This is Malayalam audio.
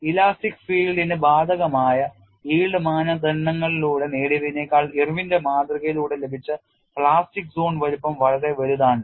ഇലാസ്റ്റിക് ഫീൽഡിന് ബാധകമായ yield മാനദണ്ഡങ്ങളിലൂടെ നേടിയതിനേക്കാൾ ഇർവിന്റെ മാതൃകയിലൂടെ ലഭിച്ച പ്ലാസ്റ്റിക് സോൺ വലുപ്പം വളരെ വലുതാണ്